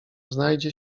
znajdzie